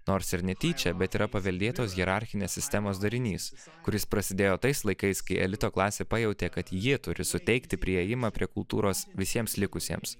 nors ir netyčia bet yra paveldėtos hierarchinės sistemos darinys kuris prasidėjo tais laikais kai elito klasė pajautė kad jie turi suteikti priėjimą prie kultūros visiems likusiems